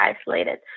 isolated